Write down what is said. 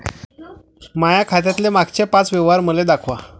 माया खात्यातले मागचे पाच व्यवहार मले दाखवा